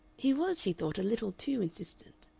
he was, she thought, a little too insistent.